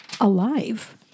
Alive